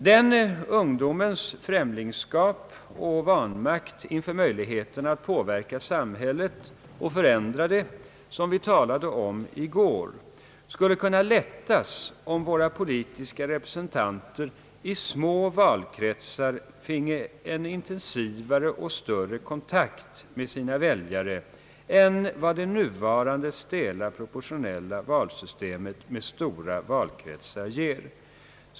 Den ungdomens främlingskap och vanmakt inför möjligheten att påverka samhället och förändra det — det problem som vi talade om i går — skulle kunna lättas, om våra politiska representanter i små valkretsar finge en intensivare och större kontakt med sina väljare än vad det nuvarande stela proportionella valsättet med stora valkretsar ger möjlighet till.